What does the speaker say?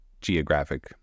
geographic